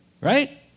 Right